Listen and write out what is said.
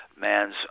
man's